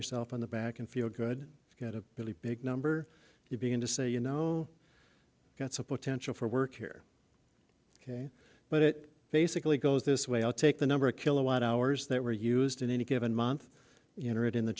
yourself on the back and feel good to get a really big number you begin to say you know that's a potential for work here ok but it basically goes this way i'll take the number of kilowatt hours that were used in any given month you know it in the